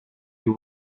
you